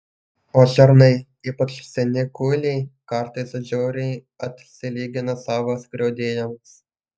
o šernai ypač seni kuiliai kartais žiauriai atsilygina savo skriaudėjams